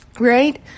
right